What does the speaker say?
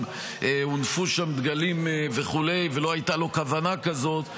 הונפו שם דגלים וכו' ולא הייתה לו כוונה כזאת,